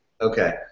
Okay